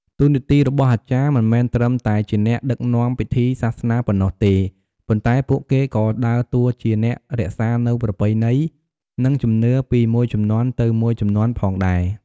តួនាទីរបស់អាចារ្យមិនមែនត្រឹមតែជាអ្នកដឹកនាំពិធីសាសនាប៉ុណ្ណោះទេ ប៉ុន្តែពួកគេក៏ដើរតួជាអ្នករក្សានូវប្រពៃណី និងជំនឿពីមួយជំនាន់ទៅមួយជំនាន់ផងដែរ។